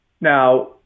Now